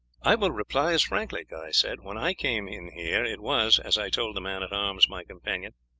i will reply as frankly, guy said. when i came in here it was, as i told the man-at-arms my companion,